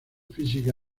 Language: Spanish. física